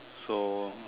so